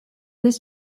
this